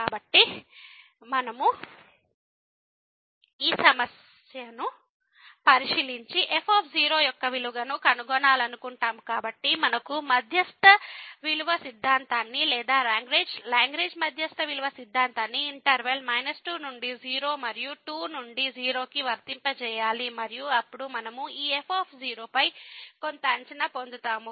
కాబట్టి మనము ఈ సమస్యను పరిశీలించి f యొక్క విలువను కనుగొనాలనుకుంటాము కాబట్టి మనము మధ్యస్థ విలువ సిద్ధాంతాన్ని లేదా లాగ్రేంజ్ మధ్యస్థ విలువ సిద్ధాంతాన్ని ఇంటర్వెల్ 2 నుండి 0 మరియు 2 నుండి 0 కి వర్తింపచేయాలి మరియు అప్పుడు మనము ఈ f పై కొంత అంచనా పొందుతాము